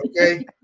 okay